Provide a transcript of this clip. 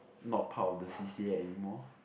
not part of the C_C_A anymore